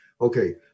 Okay